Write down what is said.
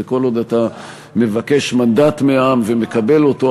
וכל עוד אתה מבקש מנדט מהעם ומקבל אותו,